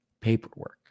Paperwork